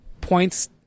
points